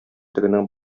тегенең